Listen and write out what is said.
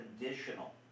conditional